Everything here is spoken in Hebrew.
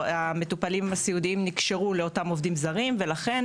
המטופלים הסיעודיים נקשרו לאותם עובדים זרים ולכן